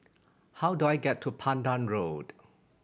how do I get to Pandan Road